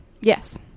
Yes